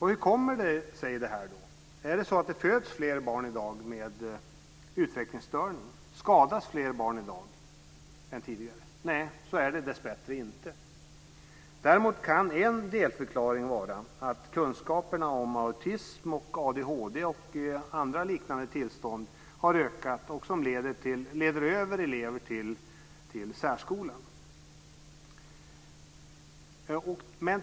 Hur kommer det sig? Föds det fler barn i dag med utvecklingsstörning? Skadas fler barn i dag än tidigare? Nej, så är det dessbättre inte. Däremot kan en delförklaring vara att kunskaperna om autism, ADHD och andra liknande tillstånd har ökat och att det leder över elever till särskolan.